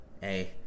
hey